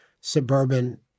suburban